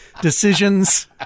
decisions